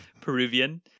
Peruvian